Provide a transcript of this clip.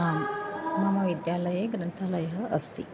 आं मम विद्यालये ग्रन्थालयः अस्ति